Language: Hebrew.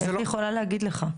איך היא יכולה להגיד לך?